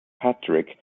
patrick